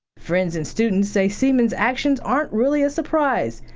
friends and students say seaman's actions aren't really a surprise.